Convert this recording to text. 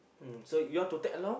um so you want to tag along